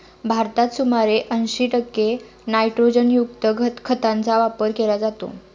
भारतात सुमारे ऐंशी टक्के नायट्रोजनयुक्त खतांचा वापर केला जातो